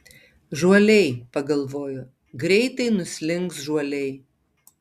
žuoliai pagalvojo greitai nuslinks žuoliai